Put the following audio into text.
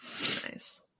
Nice